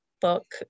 book